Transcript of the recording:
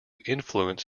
influence